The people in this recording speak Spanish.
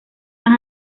más